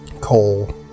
coal